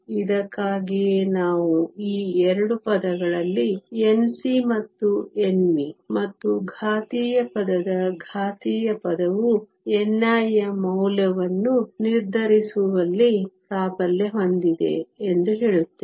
ಇದಕ್ಕಾಗಿಯೇ ನಾವು ಈ 2 ಪದಗಳಲ್ಲಿ Nc ಮತ್ತು Nv ಮತ್ತು ಘಾತೀಯ ಪದದ ಘಾತೀಯ ಪದವು ni ಯ ಮೌಲ್ಯವನ್ನು ನಿರ್ಧರಿಸುವಲ್ಲಿ ಪ್ರಾಬಲ್ಯ ಹೊಂದಿದೆ ಎಂದು ಹೇಳುತ್ತೇವೆ